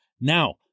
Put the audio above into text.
Now